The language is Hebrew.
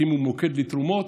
הקימו מוקד לתרומות,